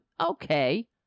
okay